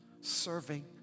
serving